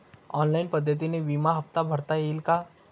Online पद्धतीने विमा हफ्ता भरता येईल का?